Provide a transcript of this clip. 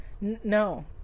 no